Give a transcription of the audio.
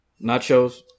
nachos